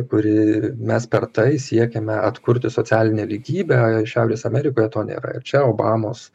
kuri mes per tai siekiame atkurti socialinę lygybę šiaurės amerikoje to nėra ir čia obamos